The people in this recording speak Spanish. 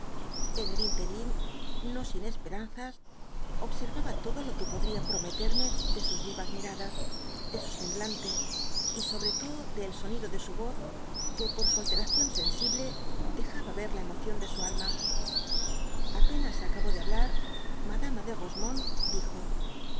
en el ínterin no sin esperanzas obseryaba todo lo que podr ia prometerme de sus yiyas miradas de su semblante y sobre todo de el sonido de su voz que por su alteradbygoogk cion sensible dejaba ver la emoción de su alma apenas acabó de hablar madama de rosemonde dijo